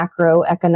macroeconomic